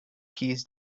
keys